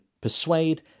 persuade